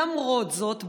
למרות זאת,